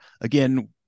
again